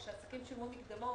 כשעסקים שילמו מקדמות,